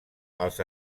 els